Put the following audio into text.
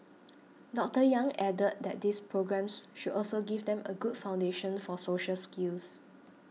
Doctor Yang added that these programmes should also give them a good foundation for social skills